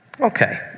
Okay